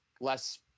less